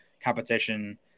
competition